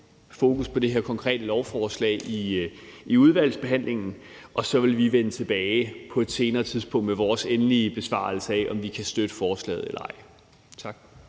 fokus på det her konkrete lovforslag, og så vil vi vende tilbage på et senere tidspunkt med vores endelige svar på, om vi kan støtte forslaget eller ej. Tak.